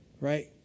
right